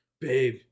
Babe